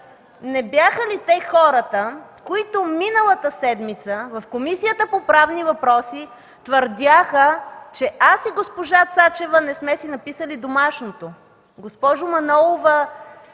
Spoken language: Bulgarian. не бяха ли те хората, които миналата седмица в Комисията по правни въпроси твърдяха, че аз и госпожа Цачева не сме си написали домашното. (Реплика